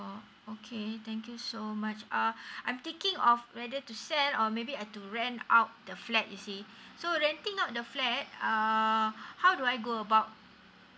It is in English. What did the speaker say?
oh okay thank you so much uh I'm thinking of whether to sell or maybe I've to rent out the flat you see so renting out the flat uh how do I go about